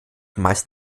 meist